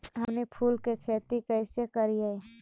हमनी फूल के खेती काएसे करियय?